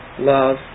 love